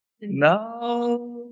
now